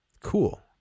cool